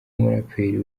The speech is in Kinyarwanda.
umuraperi